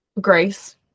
grace